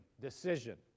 decision